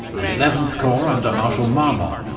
and eleventh corps under marshal marmont,